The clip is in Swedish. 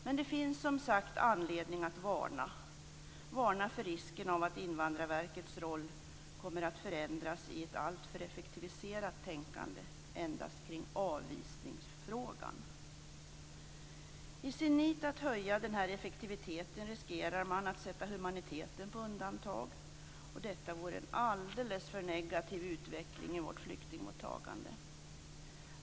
Men det finns som sagt anledning att varna för risken att Invandrarverkets roll kommer att förändras i ett alltför effektiviserat tänkande endast kring avvisningsfrågan. I sin nit att höja effektiviteten riskerar man att sätta humaniteten på undantag. Detta vore en alldeles för negativ utveckling i vårt flyktingmottagande.